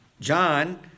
John